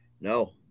No